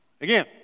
Again